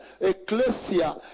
ecclesia